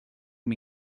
amb